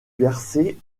verser